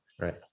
right